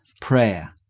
prayer